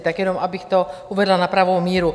Tak jenom abych to uvedla na pravou míru.